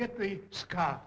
get the scott